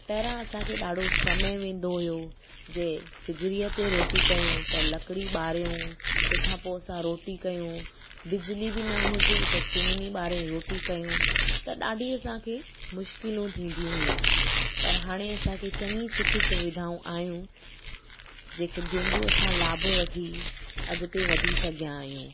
पहिरां असांखे ॾाढो समय वेंदो हुयो जे सिगड़ीअ ते रोटी कयूं त लकड़ी ॿारियूं तंहिंखां पोइ असां रोटी कयूं बिजली बि न हुजे त चिमनी ॿारे रोटी कयूं त ॾाढी असांखे मुश्किलूं थींदियूं हुयूं पर हाणे असांखे चङी सुख सुविधाऊं आयूं जेके जंहिंजो असां लाभ वठी अॻिते वधी सघियां आहियूं